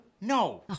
No